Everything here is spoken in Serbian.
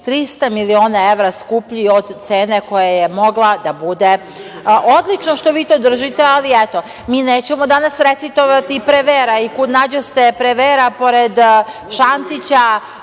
300 miliona evra skuplji od cene koja je mogla da bude. Odlično što vi to držite, ali, eto, mi nećemo danas recitovati Prevera. I kud nađoste Prevera, pored Šantića